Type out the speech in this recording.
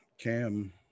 Cam